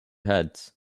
heads